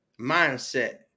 mindset